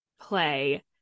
play